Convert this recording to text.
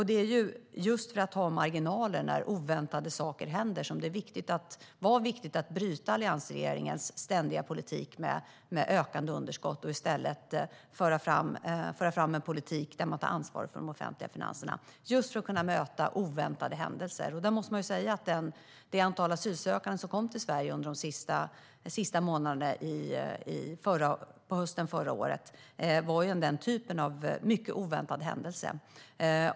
Det var just för att ha marginaler när oväntade saker händer som det var viktigt att bryta alliansregeringens ständiga politik med ökande underskott och i stället föra fram en politik där man tar ansvar för de offentliga finanserna. Man måste säga att det antal asylsökande som kom till Sverige på hösten förra året var denna typ av mycket oväntad händelse.